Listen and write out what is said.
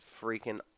freaking